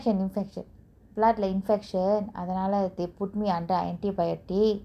infection infection blood lah infection அதனால:athanala they put me under antibiotic